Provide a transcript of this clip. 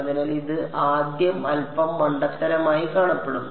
അതിനാൽ ഇത് ആദ്യം അൽപ്പം മണ്ടത്തരമായി കാണപ്പെടും